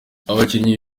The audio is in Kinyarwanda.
abakinnyi